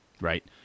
Right